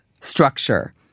structure